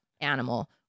animal